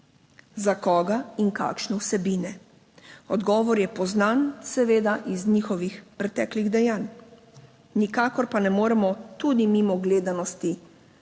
za koga in kakšne vsebine? Odgovor je poznan seveda iz njihovih preteklih dejanj. Nikakor pa ne moremo tudi mimo gledanosti.